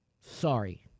Sorry